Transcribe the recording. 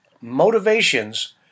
motivations